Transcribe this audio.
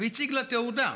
והציג לה תעודה.